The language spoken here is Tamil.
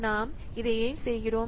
நாம் இதை ஏன் செய்கிறோம்